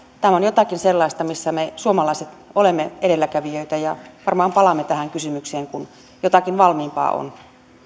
tämä on jotakin sellaista missä me suomalaiset olemme edelläkävijöitä ja varmaan palaamme tähän kysymykseen kun jotakin valmiimpaa on